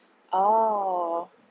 oh